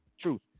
truth